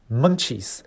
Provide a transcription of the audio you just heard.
munchies